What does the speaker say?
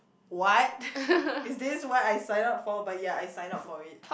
what is this what I sign up for but ya I signed up for it